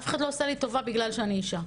אף אחד לא עושה לי טובה בגלל שאני אישה.